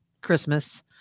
Christmas